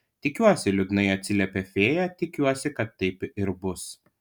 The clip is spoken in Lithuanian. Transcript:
tikiuosi liūdnai atsiliepė fėja tikiuosi kad taip ir bus